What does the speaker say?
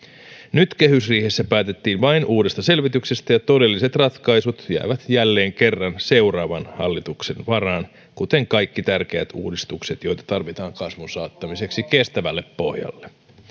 nyt kehysriihessä päätettiin vain uudesta selvityksestä ja todelliset ratkaisut jäävät jälleen kerran seuraavan hallituksen varaan kuten kaikki tärkeät uudistukset joita tarvitaan kasvun saattamiseksi kestävälle pohjalle